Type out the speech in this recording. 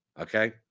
Okay